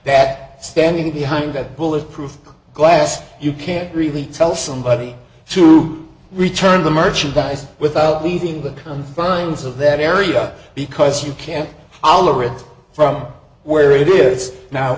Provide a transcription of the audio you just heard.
back standing behind that bulletproof glass you can't really tell somebody to return the merchandise without leaving the confines of that area because you can't tolerate it from where it is now